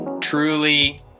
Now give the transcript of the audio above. truly